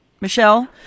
Michelle